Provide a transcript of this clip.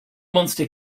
monster